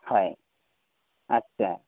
হয় আচ্ছা